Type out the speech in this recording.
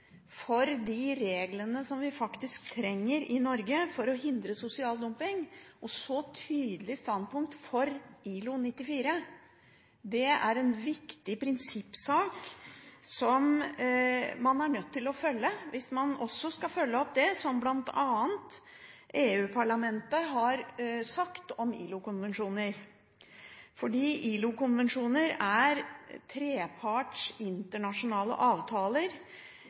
for de reglene som vi faktisk trenger i Norge for å hindre sosial dumping, og et så tydelig standpunkt for ILO 94. Det er en viktig prinsippsak som man er nødt til å følge hvis man også skal følge opp det som bl.a. EU-parlamentet har sagt om ILO-konvensjoner. ILO-konvensjoner er treparts internasjonale avtaler